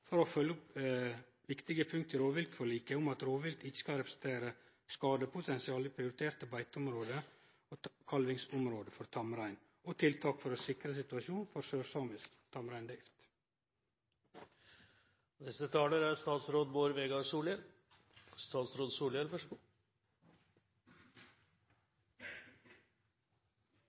for å følgje opp viktige punkt i rovviltforliket om at rovvilt ikkje skal representere skadepotensial i prioriterte beiteområde og kalvingsområde for tamrein, og for å sikre situasjonen for sørsamisk tamreindrift. Det er ei veldig viktig problemstilling representanten tek opp her. Reindrift er